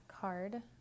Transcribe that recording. card